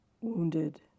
wounded